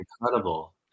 incredible